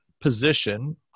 position